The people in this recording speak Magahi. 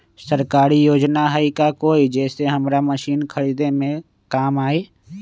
सरकारी योजना हई का कोइ जे से हमरा मशीन खरीदे में काम आई?